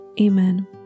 Amen